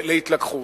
להתלקחות.